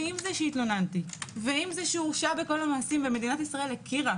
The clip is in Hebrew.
ועם זה שהתלוננתי ועם זה שהוא הורשע בכל המעשים ומדינת ישראל הכירה